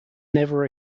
never